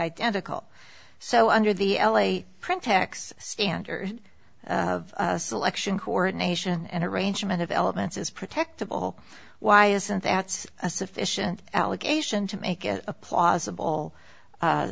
identical so under the l a print tex standard of selection coordination and arrangement of elements is protectable why isn't that a sufficient allegation to make it a plausible